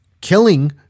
killing